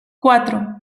cuatro